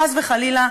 חס וחלילה,